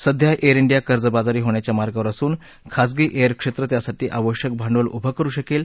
सध्या Air India कर्जबाजारी होण्याच्या मार्गावर असून खाजगी एअर क्षेत्र त्यासाठी आवश्यक भांडवल उभं करु शकेल